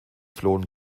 flohen